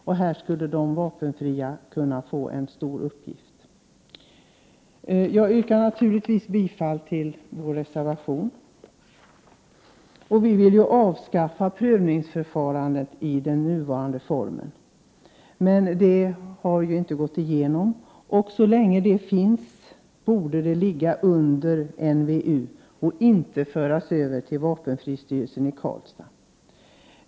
De vapenfria skulle här kunna få en viktig uppgift. Jag yrkar bifall till vår reservation. Vi vill avskaffa prövningsförfarandet i dess nuvarande form. Det förslaget har emellertid inte gått igenom. Så länge förfarandet finns kvar borde det ligga under NVU och inte föras över till vapenfristyrelsen i Karlstad.